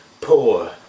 poor